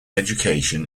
education